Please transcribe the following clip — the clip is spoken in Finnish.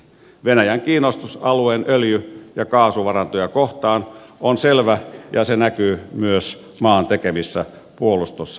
venäjän kiinnostus alueen öljy ja kaasuvarantoja kohtaan on selvä ja se näkyy myös maan tekemissä puolustusratkaisuissa